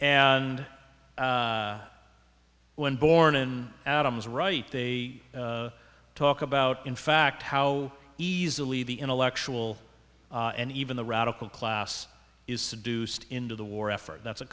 and when born in adams right they talk about in fact how easily the intellectual and even the radical class is seduced into the war effort that's a